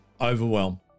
overwhelm